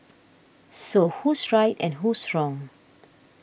so who's right and who's wrong